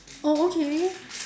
oh okay